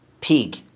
pig